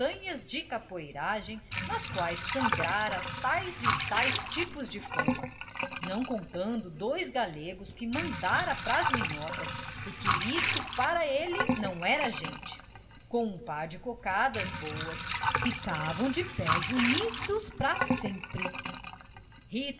façanhas de capoeiragem nas quais sangrara tais e tais tipos de fama não contando dois galegos que mandara pras minhocas porque isso para ele não era gente com um par de cocadas boas ficavam de pés unidos para sempre